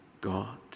God